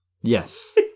Yes